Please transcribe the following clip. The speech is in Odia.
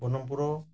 ପଦମପୁର